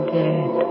dead